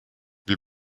wir